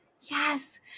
yes